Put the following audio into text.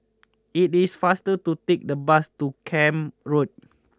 it is faster to take the bus to Camp Road